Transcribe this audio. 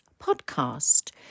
Podcast